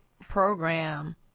program